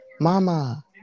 Mama